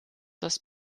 das